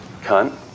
Cunt